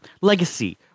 Legacy